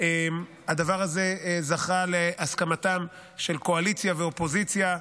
הדבר הזה זכה להסכמתם של קואליציה ואופוזיציה,